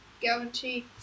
Guarantee